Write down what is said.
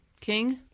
King